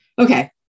Okay